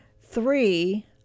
three